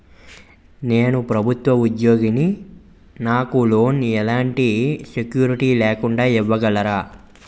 నేను ప్రభుత్వ ఉద్యోగిని, నాకు లోన్ ఎలాంటి సెక్యూరిటీ లేకుండా ఇవ్వగలరా?